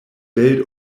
belt